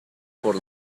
por